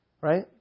right